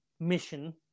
mission